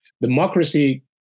Democracy